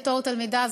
בתור תלמידה,